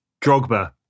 Drogba